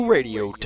Radio